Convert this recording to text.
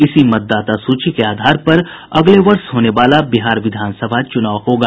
इसी मतदाता सूची के आधार पर अगले वर्ष होने वाला विधानसभा चुनाव होगा